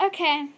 Okay